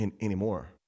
anymore